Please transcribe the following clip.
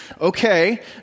okay